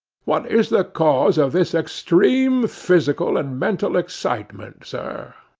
what is the cause of this extreme physical and mental excitement, sir